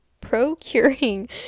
procuring